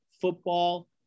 football